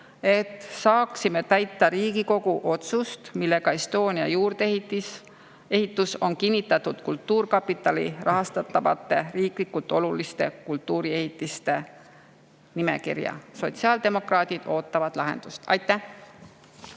et saaksime täita Riigikogu otsust, millega Estonia juurdeehitus on kinnitatud kultuurkapitali rahastatavate riiklikult oluliste kultuuriehitiste nimekirja. Sotsiaaldemokraadid ootavad lahendust. Aitäh!